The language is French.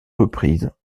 reprises